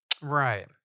Right